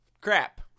crap